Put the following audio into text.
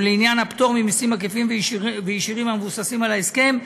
ולעניין הפטור ממסים עקיפים וישירים המבוססים על ההסכם,